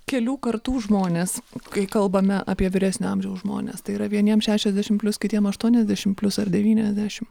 kelių kartų žmones kai kalbame apie vyresnio amžiaus žmones tai yra vieniems šešiasdešimt plius kitiems aštuoniasdešimt plius ar devyniasdešimt